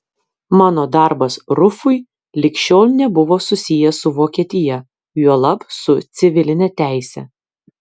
mano darbas rufui lig šiol nebuvo susijęs su vokietija juolab su civiline teise